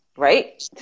right